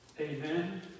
Amen